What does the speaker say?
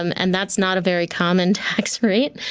um and that's not a very common tax rate.